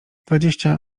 dwadzieścia